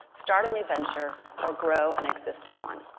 start a new venture, or grow an existing one.